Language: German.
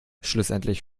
schlussendlich